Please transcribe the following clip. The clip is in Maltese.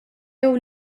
jew